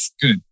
Good